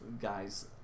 guy's